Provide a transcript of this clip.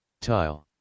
Tile